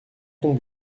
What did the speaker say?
tombe